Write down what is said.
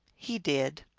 he did.